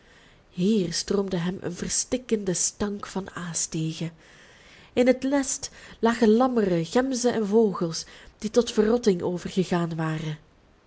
hier stroomde hem een verstikkende stank van aas tegen in het nest lagen lammeren gemzen en vogels die tot verrotting overgegaan waren